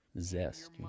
zest